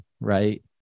right